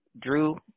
Drew